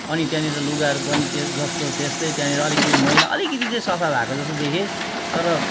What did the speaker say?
अनि त्यहाँनिर लुगाहरू पनि ते जस्तो त्यस्तै त्यहाँनिर अलिकति मैला अलिकति चाहिँ सफा भएको जस्तो देखेँ तर